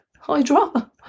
Hydra